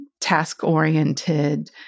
task-oriented